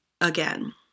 again